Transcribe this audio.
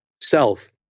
self